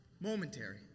Momentary